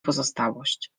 pozostałość